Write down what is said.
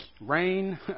rain